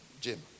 Jim